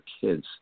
kids –